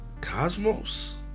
Cosmos